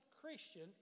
Christian